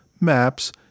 maps